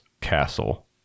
castle